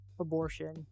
abortion